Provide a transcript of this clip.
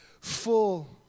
full